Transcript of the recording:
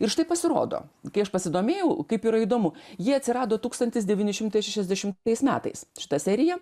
ir štai pasirodo kai aš pasidomėjau kaip yra įdomu jie atsirado tūkstantis devyni šimtai šešiasdešimtais metais šita serija